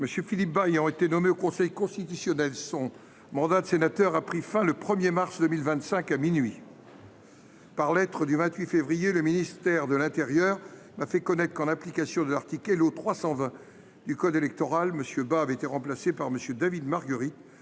M. Philippe Bas ayant été nommé au Conseil constitutionnel, son mandat de sénateur a pris fin le 1 mars 2025 à minuit. Par lettre en date du 28 février 2025, le ministère de l’intérieur m’a fait connaître que, en application de l’article L.O. 320 du code électoral, M. Bas était remplacé par M. David Margueritte,